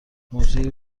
موضوعی